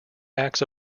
acts